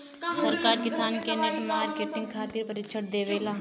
सरकार किसान के नेट मार्केटिंग खातिर प्रक्षिक्षण देबेले?